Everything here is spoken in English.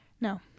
No